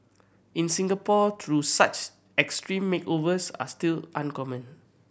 in Singapore though such extreme makeovers are still uncommon